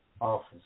office